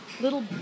little